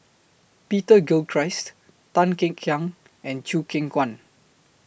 Peter Gilchrist Tan Kek Hiang and Chew Kheng Chuan